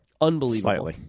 unbelievable